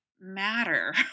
matter